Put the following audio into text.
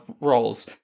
Roles